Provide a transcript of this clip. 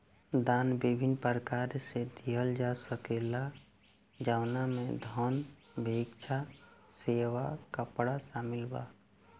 दान विभिन्न प्रकार से लिहल जा सकेला जवना में धन, भिक्षा, सेवा, कपड़ा शामिल बा